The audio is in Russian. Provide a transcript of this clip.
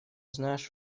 знаешь